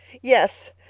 yes.